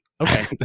Okay